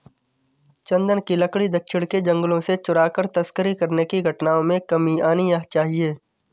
चन्दन की लकड़ी दक्षिण के जंगलों से चुराकर तस्करी करने की घटनाओं में कमी आनी चाहिए